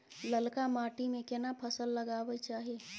ललका माटी में केना फसल लगाबै चाही?